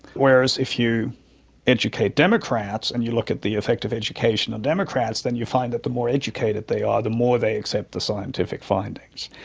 whereas if you educate democrats and you look at the effect of education on democrats then you find that the more educated they are, the more they accept the scientific findings.